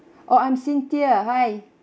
oh I'm cynthia hi